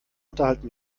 unterhalten